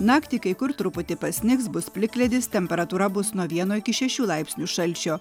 naktį kai kur truputį pasnigs bus plikledis temperatūra bus nuo vieno iki šešių laipsnių šalčio